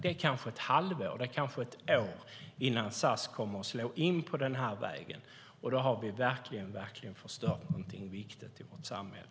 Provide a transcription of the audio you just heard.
Det kanske handlar om ett halvår eller ett år innan SAS slår in på denna väg, och då har vi verkligen förstört något viktigt i vårt samhälle.